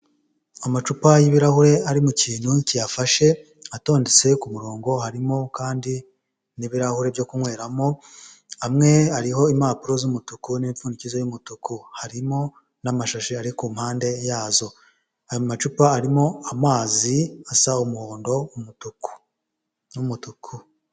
Amacupa y'ibirahure ari mu kintu kiyafashe, atondetse ku murongo, harimo kandi n'ibirahuri byo kunyweramo, amwe hariho impapuro z'umutuku n'imipfundikizo y'umutuku. Harimo n'amashashi ari ku mpande yazo. Ayo macupa arimo amazi asa umuhondo, umutuku n'umutuku.